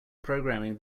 programming